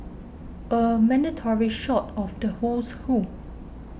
a mandatory shot of the who's who